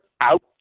out